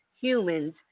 humans